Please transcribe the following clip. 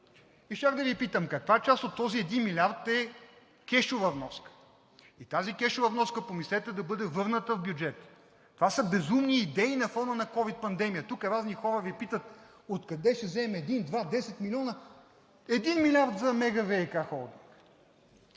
да Ви питам: каква част от този 1 милиард е кешова вноска? Тази кешова вноска помислете да бъде върната в бюджета! Това са безумни идеи на фона на ковид пандемия. Тук разни хора Ви питат: откъде ще вземем – един, два, 10 милиона, един милиард за мега ВиК холдинг?!